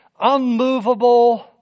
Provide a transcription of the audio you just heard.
unmovable